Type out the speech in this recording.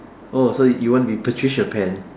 oh so you want to be patricia pan